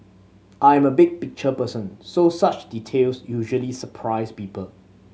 I am a big picture person so such details usually surprise people